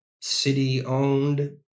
city-owned